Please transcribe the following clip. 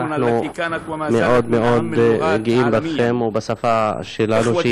אנחנו מאוד מאוד גאים בכם ובשפה שלנו,